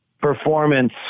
performance